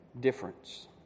difference